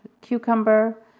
cucumber